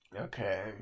okay